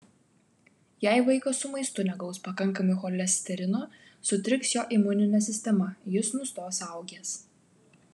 jei vaikas su maistu negaus pakankamai cholesterino sutriks jo imuninė sistema jis nustos augęs